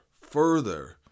further